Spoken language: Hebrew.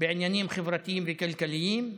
בעניינים חברתיים וכלכליים.